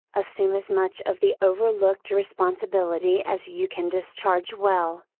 assume as much of the overlooked responsibility as you can discharge well,